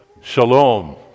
Shalom